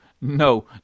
no